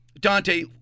Dante